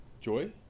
Joy